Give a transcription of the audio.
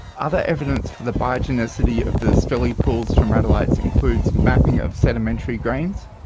other evidence for the biogenicity of the strelley pool stromatolites includes mapping of sedimentary grains,